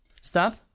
Stop